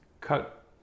cut